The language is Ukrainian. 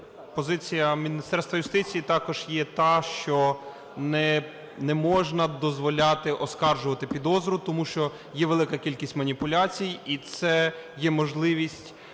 Позиція Міністерства юстиції також є та, що не можна дозволяти оскаржувати підозру, тому що є велика кількість маніпуляцій, і це є можливість